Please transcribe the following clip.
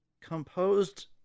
composed